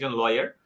lawyer